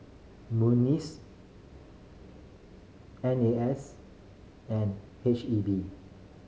N A S and H E B